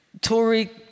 Tory